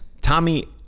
Tommy